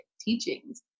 teachings